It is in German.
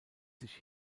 sich